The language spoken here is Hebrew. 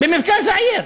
במרכז העיר.